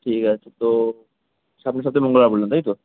ঠিক আছে তো সামনের সপ্তাহে মঙ্গলবার বললেন তাই তো